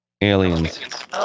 Aliens